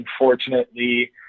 unfortunately